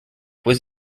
was